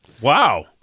Wow